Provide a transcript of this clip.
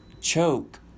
choke